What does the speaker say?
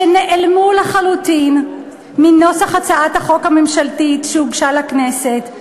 שנעלמו לחלוטין מנוסח הצעת החוק הממשלתית שהוגשה לכנסת,